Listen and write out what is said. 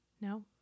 No